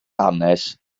hanes